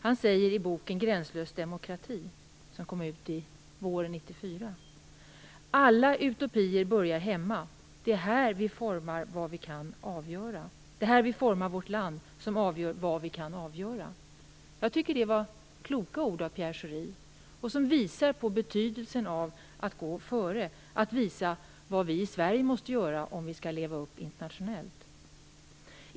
Han säger i boken Gränslös demokrati, som kom ut våren 1994: Alla utopier börjar hemma. Det är hur vi formar vårt eget land som avgör vad vi kan ge andra. Jag tycker att det var kloka ord av Pierre Schori. De visar på betydelsen av att gå före, att vi i Sverige måste leva upp till det vi för fram internationellt.